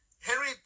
Henry